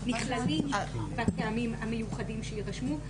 נכללים בטעמים המיוחדים שיירשמו,